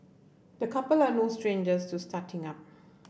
the couple are no strangers to starting up